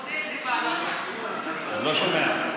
לא שומע.